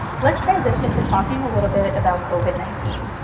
let's transition to talking a little bit about covid nineteen.